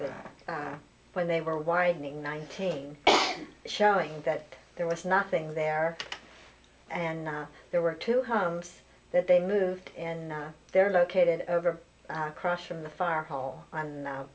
but when they were winding nineteen showing that there was nothing there and there were two homes that they moved and they're located over crushing the fire hall and now